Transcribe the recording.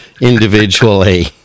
individually